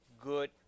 good